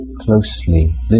closely